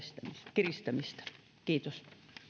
kiristämistä kiitos